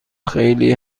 خیلی